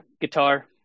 guitar